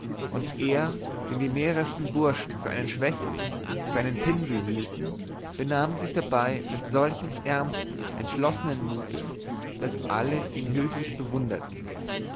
und er den die mehresten burschen für einen schwächling für einen pinsel hielten benahm sich dabei mit solchem ernstem entschlossenem mute daß alle ihn höchlich bewunderten